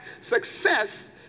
success